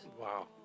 Wow